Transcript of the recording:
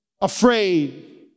afraid